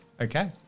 Okay